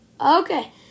Okay